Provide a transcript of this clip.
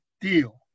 deal